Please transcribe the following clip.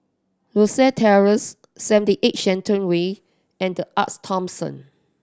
Rosyth Terrace Seventy Eight Shenton Way and The Arte Thomson